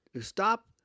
Stop